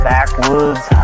Backwoods